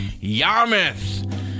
Yarmouth